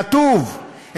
כתוב.